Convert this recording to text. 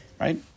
right